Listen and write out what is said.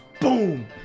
Boom